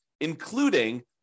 including